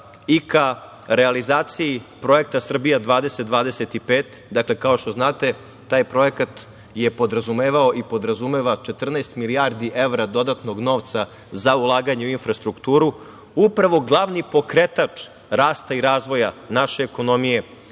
i ka realizaciji projekta „SRBIJA 2025“. Kao što znate, taj projekat je podrazumevao i podrazumeva 14 milijardi evra dodatnog novca za ulaganje u infrastrukturu. Upravo glavni pokretač rasta i razvoja naše ekonomije,